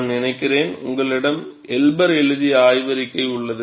நான் நினைக்கிறேன் உங்களிடம் எல்பர் எழுதிய ஆய்வறிக்கை உள்ளது